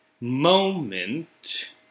moment